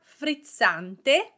frizzante